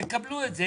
תקבלו את זה.